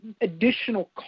additional